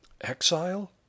Exile